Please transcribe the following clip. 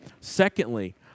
Secondly